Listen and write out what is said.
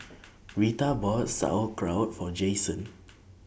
Rita bought Sauerkraut For Jayson